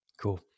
Cool